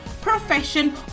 profession